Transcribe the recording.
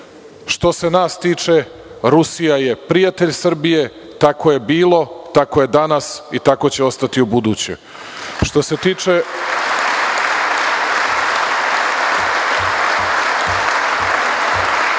Što se nas tiče, Rusija je prijatelj Srbije, tako je bilo, tako je danas i tako će ostati ubuduće. Što se tiče